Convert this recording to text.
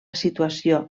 situació